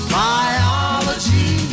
biology